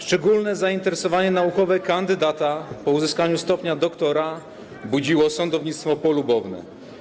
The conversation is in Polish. Szczególne zainteresowanie naukowe kandydata po uzyskaniu stopnia doktora budziło sądownictwo polubowne.